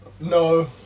No